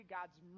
God's